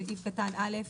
סעיף קטן (א)